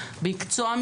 מקצוע,